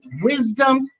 wisdom